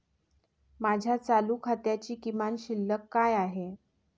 माझ्या चालू खात्याची किमान शिल्लक काय आहे?